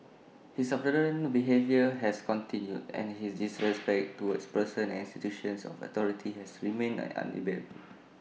his abhorrent behaviour has continued and his disrespect towards persons and institutions of authority has remained unabated